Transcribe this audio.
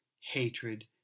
hatred